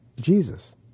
Jesus